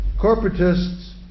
Corporatists